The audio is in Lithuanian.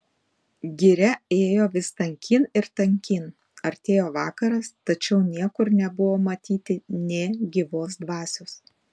giria ėjo vis tankyn ir tankyn artėjo vakaras tačiau niekur nebuvo matyti nė gyvos dvasios